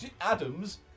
Adam's